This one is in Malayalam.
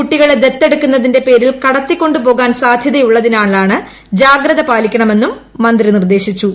കുട്ടികളെ ദത്തെടുക്കുന്നതിന്റെ പേരിൽ കടത്താനുള്ള സാധ്യതയുള്ളതിനാൽ ജാഗ്രത പാലിക്കണമെന്നും മന്ത്രി നിർദ്ദേശിച്ചു